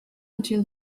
until